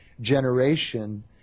generation